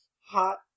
Hot